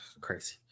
crazy